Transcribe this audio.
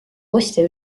ostja